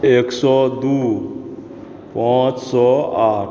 एक सए दू पाँच सए आठ